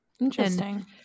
Interesting